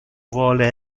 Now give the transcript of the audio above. vole